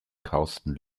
carsten